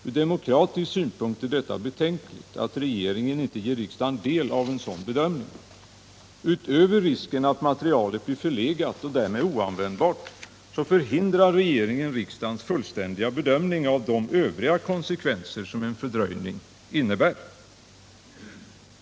Ur demokratisk synpunkt är det betänkligt att regeringen inte ger riksdagen del av en sådan bedömning. Utöver risken att materialet blir förlegat och därmed oanvändbart förhindrar regeringen riksdagens fullständiga bedömning av de övriga konsekvenser en fördröjning innebär.